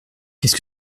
qu’est